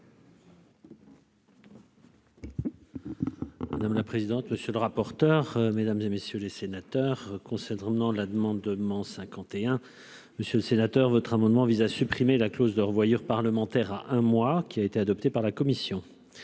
Madame la présidente, monsieur le rapporteur, mesdames et messieurs les sénateurs, concernant la demande de m'en 51, monsieur le sénateur votre amendement vise à supprimer la clause de revoyure parlementaire un mois qui a été adopté par la commission